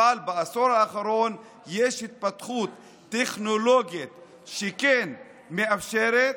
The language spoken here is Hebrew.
אבל בעשור האחרון יש התפתחות טכנולוגית שכן מאפשרת.